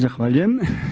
Zahvaljujem.